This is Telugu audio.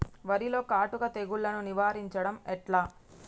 వరిలో కాటుక తెగుళ్లను నివారించడం ఎట్లా?